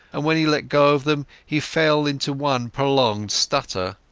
and when he let go of them he fell into one prolonged stutter.